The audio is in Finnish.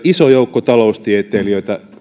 iso joukko taloustieteilijöitä